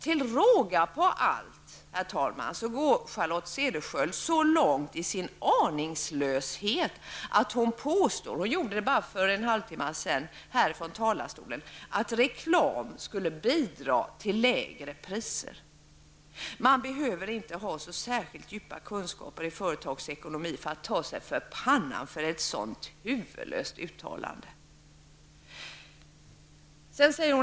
Till råga på allt, herr talman, går Charlotte Cederschiöld så långt i sin aningslöshet att hon för bara en halvtimme sedan i talarstolen påstod att reklam skulle bidra till lägre priser. Man behöver inte ha särskilt djupa kunskaper i företagsekonomi för att ta sig för pannan inför ett sådant huvudlöst uttalande.